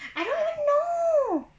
I don't even know